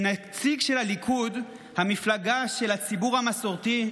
כנציג של הליכוד, המפלגה של הציבור המסורתי,